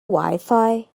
wifi